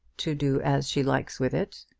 to do as she likes with it.